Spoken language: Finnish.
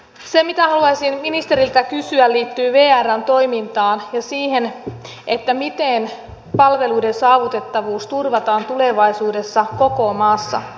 se mitä haluaisin ministeriltä kysyä liittyy vrn toimintaan ja siihen miten palveluiden saavutettavuus turvataan tulevaisuudessa koko maassa